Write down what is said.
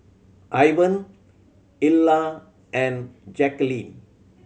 Ivan Ilah and Jaqueline